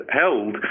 held